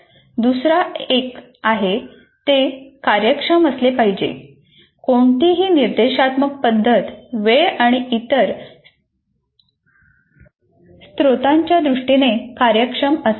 दुसरा एक आहे ते कार्यक्षम असले पाहिजे कोणतीही निर्देशात्मक पद्धत वेळ आणि इतर स्त्रोतांच्या दृष्टीने कार्यक्षम असावी